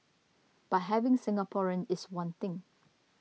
but having Singaporean is one thing